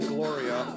Gloria